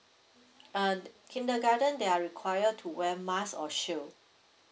uh kindergarten they are required to wear mask or shield